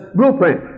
blueprint